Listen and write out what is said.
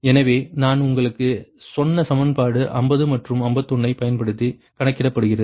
எனவே நான் உங்களுக்குச் சொன்ன சமன்பாடு 50 மற்றும் 51ஐப் பயன்படுத்தி கணக்கிடப்படுகிறது